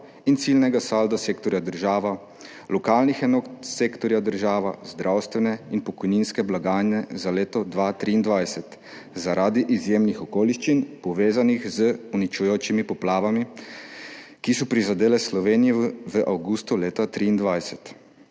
in ciljnega salda sektorja država, lokalnih enot sektorja država, zdravstvene in pokojninske blagajne za leto 2023 zaradi izjemnih okoliščin, povezanih z uničujočimi poplavami, ki so prizadele Slovenijo v avgustu leta 2023.